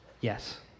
Yes